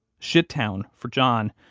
shittown, for john,